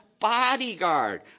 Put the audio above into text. bodyguard